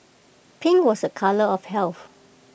pink was A colour of health